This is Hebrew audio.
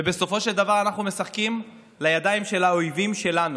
ובסופו של דבר אנחנו משחקים לידיים של האויבים שלנו,